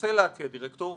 רוצה להציע דירקטור,